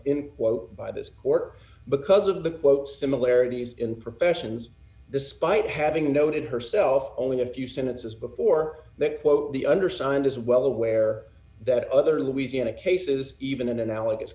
in quote by this order because of the similarities in professions the spite having noted herself only a few sentences before that quote the undersigned is well aware that other louisiana cases even in analogous